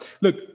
Look